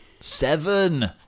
Seven